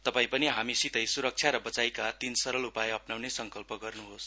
तपाई पनि हामीसितै सुरक्षा र वचाइका तीन सरल उपाय अप्नाउने संकल्प गर्नुहोस